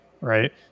right